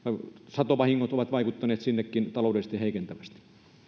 satovahingot ovat vaikuttaneet sinnekin taloudellisesti heikentävästi